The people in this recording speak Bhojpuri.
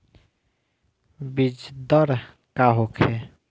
बीजदर का होखे?